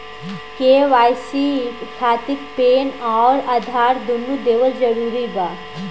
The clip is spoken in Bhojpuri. के.वाइ.सी खातिर पैन आउर आधार दुनों देवल जरूरी बा?